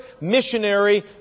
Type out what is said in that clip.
missionary